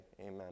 amen